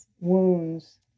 wounds